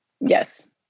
Yes